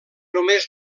només